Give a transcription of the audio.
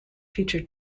feature